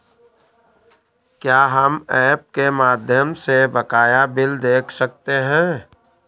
क्या हम ऐप के माध्यम से बकाया बिल देख सकते हैं?